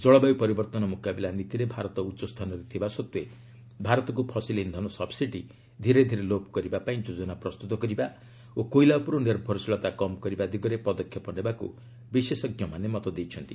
ଜଳବାୟୁ ପରିବର୍ତ୍ତନ ମୁକାବିଲା ନୀତିରେ ଭାରତ ଉଚ୍ଚସ୍ଥାନରେ ଥିବା ସତ୍ତ୍ୱେ ଭାରତକ୍ ଫସିଲ ଇନ୍ଧନ ସବ୍ସିଡି ଧୀରେ ଧୀରେ ଲୋପ୍ କରିବା ପାଇଁ ଯୋଜନା ପ୍ରସ୍ତୁତ କରିବା ଓ କୋଇଲା ଉପରୁ ନିର୍ଭରଶୀଳତା କମ୍ କରିବା ଦିଗରେ ପଦକ୍ଷେପ ନେବାକୁ ବିଶେଷଜ୍ଞମାନେ ମତ ଦେଇଛନ୍ତି